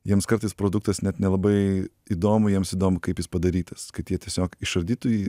jiems kartais produktas net nelabai įdomu jiems įdomu kaip jis padarytas kad jie tiesiog išardytų jį